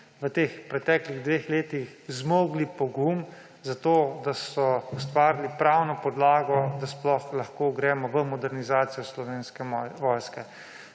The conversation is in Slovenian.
v teh preteklih dveh letih zmogli pogum za to, da so ustvarili pravno podlago, da sploh lahko gremo v modernizacijo Slovenske vojske.